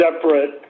separate